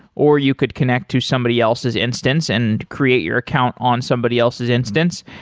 or you could connect to somebody else's instance and create your account on somebody else's instance,